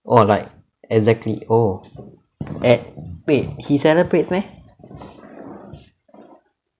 !wah! like exactly oh at wait he celebrates meh